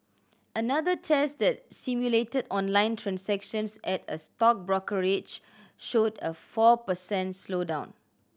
another test that simulated online transactions at a stock brokerage showed a four per cent slowdown